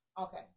Okay